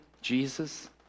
jesus